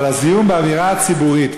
אבל הזיהום באווירה הציבורית,